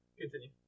continue